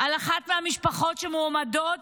על אחת המשפחות שמועמדות,